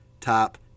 top